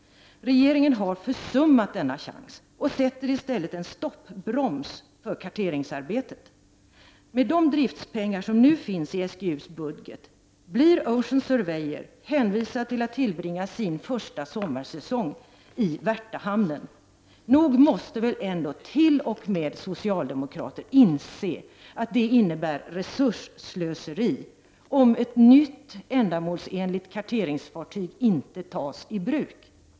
Regeringen har försummat denna chans och sätter i stället en stoppbroms för karteringsarbetet. Med de driftspengar som nu finns i SGU:s budget blir Ocean Surveyor hänvisad till att tillbringa sin första sommarsäsong i Värtahamnen. Nog måste väl ändå t.o.m. socialdemokrater inse att det innebär resursslöseri om ett nytt ändamålsenligt karteringsfartyg inte tas i bruk.